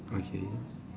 okay